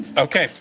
okay.